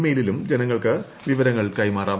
മെയിലിലും ജനങ്ങൾക്ക് വിവരങ്ങൾ കൈമാറാം